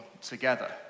together